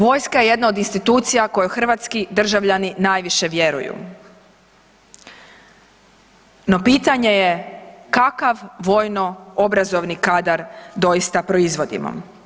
Vojska je jedna od institucija kojoj hrvatski državljani najviše vjeruju, no pitanje je kakav vojno-obrazovni kadar doista proizvodimo?